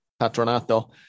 Patronato